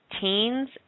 teens